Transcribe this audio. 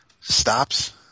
stops